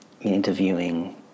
interviewing